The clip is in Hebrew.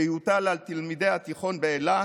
שיוטל על תלמידי התיכון באילת: